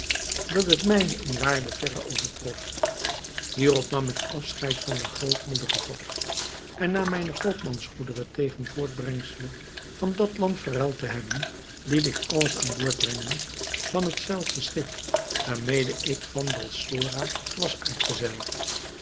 dat het mijne in waarde verre overtrof hierop nam ik afscheid van den grootmoedigen vorst en na mijne koopmansgoederen tegen voortbrengselen van dat land verruild te hebben liet ik alles aan boord brengen van het zelfde schip waarmede ik van balsora was uitgezeild